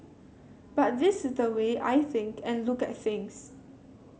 but this is the way I think and look at things